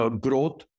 growth